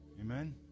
Amen